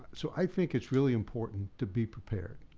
so i think it's really important to be prepared.